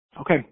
Okay